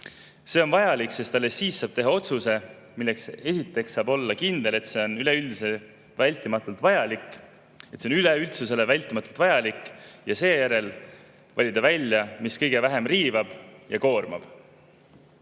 See on vajalik, sest alles siis saab teha otsuse, milles esiteks saab olla kindel, et see on üldsusele vältimatult vajalik, ning seejärel valida välja, mis kõige vähem riivab ja koormab. Eesti